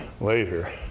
later